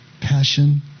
passion